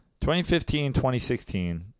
2015-2016